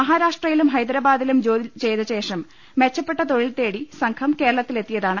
മഹാരാഷ്ട്രയിലും ഹൈദരാബാദിലും ജോലി ചെയ്ത ശേഷം മെച്ചപ്പെട്ട തൊഴിൽ തേടി സംഘം കേര ളത്തിലെത്തിയതാണ്